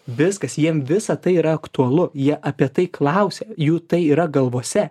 viskas jiem visa tai yra aktualu jie apie tai klausia jų tai yra galvose